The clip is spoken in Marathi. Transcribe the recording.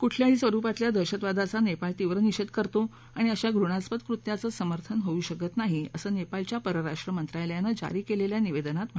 कुठल्याही स्वरुपातल्या दहशतवादाचा नेपाळ तीव्र निषेध करतो आणि अशा घृणास्पद कृत्याचं समर्थन होऊ शकत नाही असं नेपाळच्या पस्राष्ट्र मंत्रालयानं जारी केलेल्या निवेदनात म्हटलं आहे